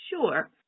Sure